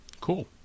Cool